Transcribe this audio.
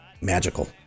magical